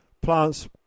Plants